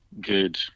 good